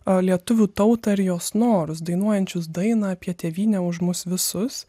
a lietuvių tautą ir jos norus dainuojančius dainą apie tėvynę už mus visus